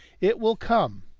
it will come.